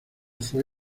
fue